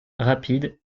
rapide